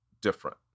different